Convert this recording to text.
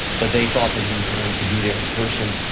but they thought that he was going to be there in-person,